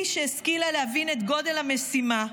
היא השכילה להבין את גודל המשימה,